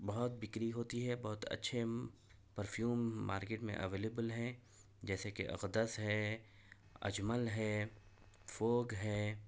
بہت بکری ہوتی ہے بہت اچھے پرفیوم مارکیٹ میں اویلیبل ہیں جیسے کہ اقدس ہے اجمل ہے فوگ ہے